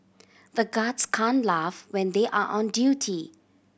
the guards can laugh when they are on duty